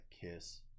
Kiss